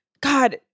god